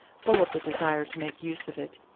full of the desire to make use of it,